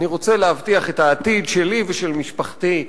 אני רוצה להבטיח את העתיד שלי ושל משפחתי.